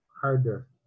harder